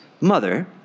mother